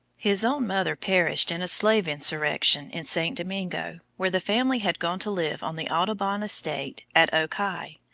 his own mother perished in a slave insurrection in st. domingo, where the family had gone to live on the audubon estate at aux cayes,